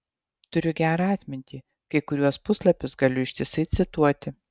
turiu gerą atmintį kai kuriuos puslapius galiu ištisai cituoti